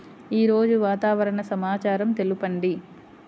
ఈరోజు వాతావరణ సమాచారం తెలుపండి